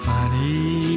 Funny